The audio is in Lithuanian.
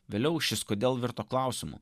vėliau šis kodėl virto klausimu